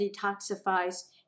detoxifies